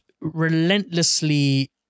relentlessly